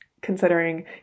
considering